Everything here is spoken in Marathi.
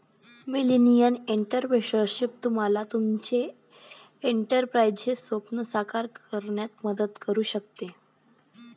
मिलेनियल एंटरप्रेन्योरशिप तुम्हाला तुमचे एंटरप्राइझचे स्वप्न साकार करण्यात मदत करू शकते